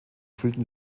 fühlten